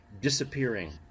disappearing